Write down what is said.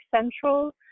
Central